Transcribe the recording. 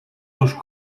tuż